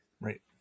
right